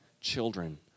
children